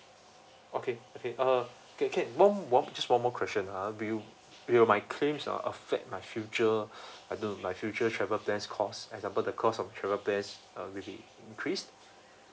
okay okay uh can can one more just one more question ah will will my claims are affect my future I don't know my future travel plans cost example the cost of travel plans uh maybe increase